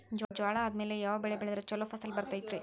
ಜ್ವಾಳಾ ಆದ್ಮೇಲ ಯಾವ ಬೆಳೆ ಬೆಳೆದ್ರ ಛಲೋ ಫಸಲ್ ಬರತೈತ್ರಿ?